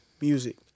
music